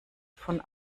von